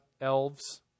elves